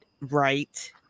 right